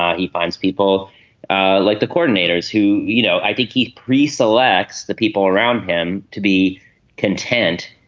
um he finds people like the coordinators who you know i think he pre selects the people around him to be content.